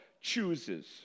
chooses